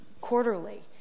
quarterly